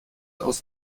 aus